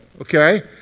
okay